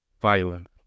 Violent